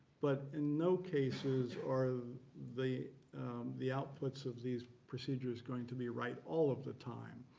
but in no cases are the the outputs of these procedures going to be right all of the time.